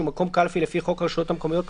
מקום קלפי לפי חוק הרשויות המקומיות (בחירות),